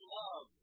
love